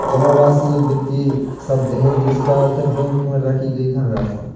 जमा राशि एक वित्तीय शब्द है जिसका अर्थ है बैंक में रखी गई धनराशि